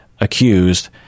accused